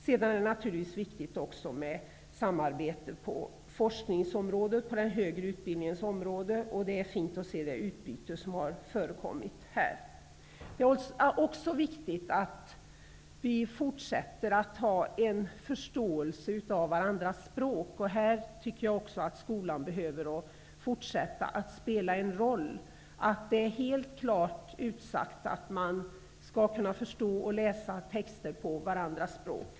Det är naturligtvis också viktigt med samarbete inom forskningens och den högre utbildningens områden. Det är ett fint samarbete som har förekommit i dessa sammanhang. Det är vidare angeläget att vi även i fortsättningen kan förstå varandras språk, och härvidlag bör skolan fortsätta att spela en roll. Det bör vara helt klart utsagt att vi skall kunna läsa och förstå texter på varandras språk.